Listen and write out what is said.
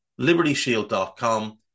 libertyshield.com